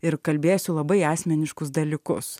ir kalbėsiu labai asmeniškus dalykus